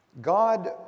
God